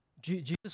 Jesus